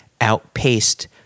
outpaced